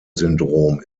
syndrom